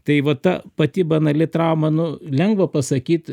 tai va ta pati banali trauma nu lengva pasakyt